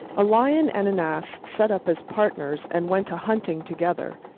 a lion and an ass set up as partners and went a-hunting together.